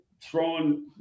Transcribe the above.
throwing